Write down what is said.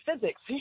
physics